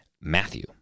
Matthew